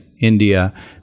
India